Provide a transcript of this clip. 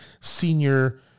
Senior